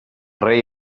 rei